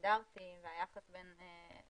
הסטנדרטים והיחס בין